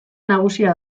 nagusia